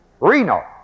Reno